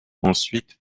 ensuite